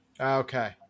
Okay